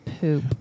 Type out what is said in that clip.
poop